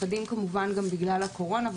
מפחדים כמובן גם בגלל הקורונה,